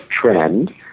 trend